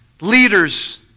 leaders